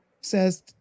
says